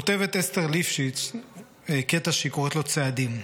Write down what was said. כותבת אסתר ליפשיץ קטע שהיא קוראת לו "צעדים":